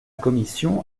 commission